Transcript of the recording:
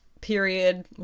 period